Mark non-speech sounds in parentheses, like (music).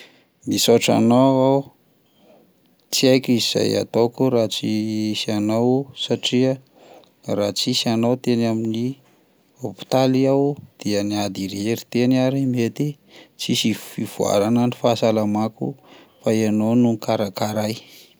Misaotra anao aho, tsy aiko izay ataoko raha tsy (hesitation) hisy anao satria raha tsisy anao teny amin'ny hopitaly aho dia niady irery teny, ary mety tsisy fivoarana ny fahasalamako fa ianao no nikarakara ahy.